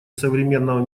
современного